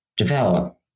develop